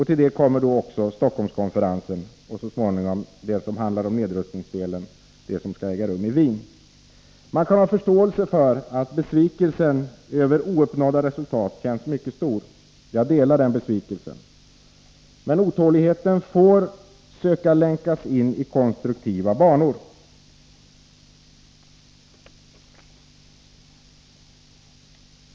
Till det kommer då också Stockholmskonferensen och så småningom det som handlar om nedrustning, det som skall äga rum i Wien. Man kan ha förståelse för att besvikelsen över ouppnådda resultat känns mycket stor. Jag delar den besvikelsen. Men otåligheten får länkas in i konstruktiva banor.